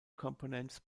components